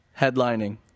Headlining